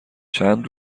چند